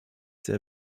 sehr